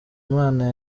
imana